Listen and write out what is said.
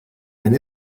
and